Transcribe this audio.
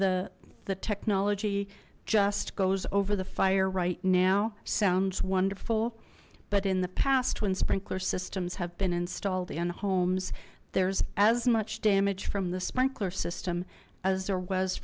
the the technology just goes over the fire right now sounds wonderful but in the past when sprinkler systems have been installed in homes there's as much damage from the sprinkler system as there was